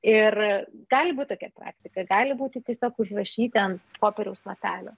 ir gali būt tokia praktika gali būti tiesiog užrašyti ant popieriaus lapelio